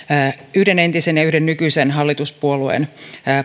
yhden entisen ja yhden nykyisen hallituspuolueen